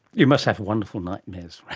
you must have wonderful nightmares.